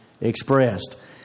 expressed